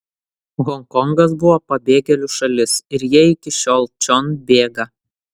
honkongas buvo pabėgėlių šalis ir jie iki šiol čion bėga